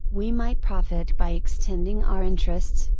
we might profit by extending our interests,